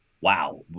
Wow